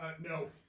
No